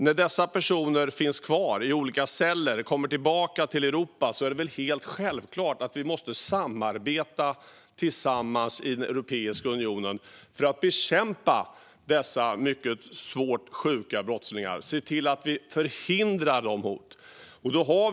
När dessa personer finns kvar i olika celler och kommer tillbaka till Europa är det väl helt självklart att vi måste samarbeta i Europeiska unionen för att bekämpa dessa mycket svårt sjuka brottslingar och se till att vi förhindrar att hot uppstår.